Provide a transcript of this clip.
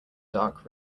dark